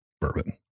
bourbon